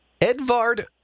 Edvard